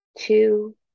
two